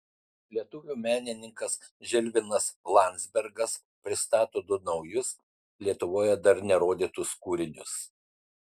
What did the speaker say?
lietuvių menininkas žilvinas landzbergas pristato du naujus lietuvoje dar nerodytus kūrinius